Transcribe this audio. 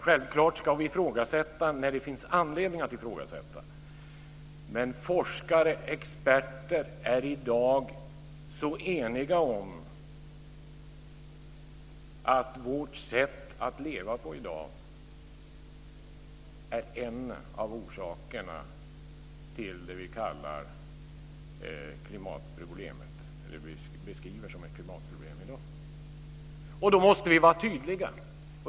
Självklart ska vi ifrågasätta när det finns anledning att ifrågasätta, men forskare och experter är i dag eniga om att vårt sätt att leva är en av orsakerna till det som vi beskriver som ett klimatproblem i dag. Då måste vi vara tydliga.